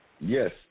Yes